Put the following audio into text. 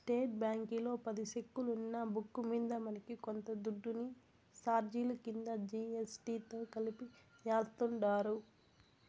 state బ్యాంకీలో పది సెక్కులున్న బుక్కు మింద మనకి కొంత దుడ్డుని సార్జిలు కింద జీ.ఎస్.టి తో కలిపి యాస్తుండారు